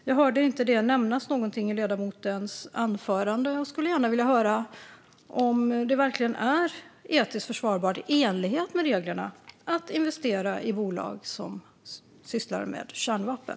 Jag hörde det inte nämnas i ledamotens anförande och skulle gärna vilja höra om det verkligen är etiskt försvarbart och i enlighet med reglerna att investera i bolag som sysslar med kärnvapen.